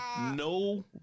no